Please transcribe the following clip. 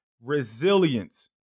Resilience